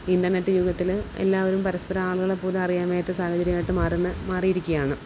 internet യുഗത്തിൽ എല്ലാവരും പരസ്പരം ആളുകളെ പോലും അറിയാൻ വയ്യാത്ത സാഹചര്യം ആയിട്ട് മാറുന്ന മാറിയിരിക്കുകയാണ്